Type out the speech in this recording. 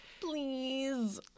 Please